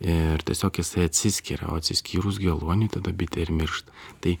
ir tiesiog jisai atsiskiria o atsiskyrus geluoniui tada bitė ir miršta tai